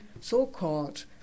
so-called